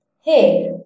Hey